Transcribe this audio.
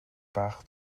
bach